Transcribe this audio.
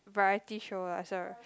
variety show ah